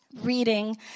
reading